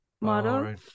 model